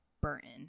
Burton